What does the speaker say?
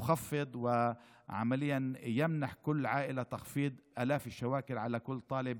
זו הנחה שמורידה לכל משפחה אלפי שקלים עבור כל סטודנט,